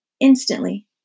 Instantly